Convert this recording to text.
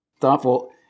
Thoughtful